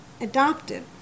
adopted